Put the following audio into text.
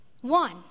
One